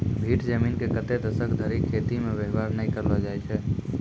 भीठ जमीन के कतै दसक धरि खेती मे वेवहार नै करलो जाय छै